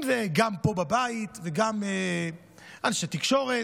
אם זה גם פה בבית וגם מאנשי תקשורת,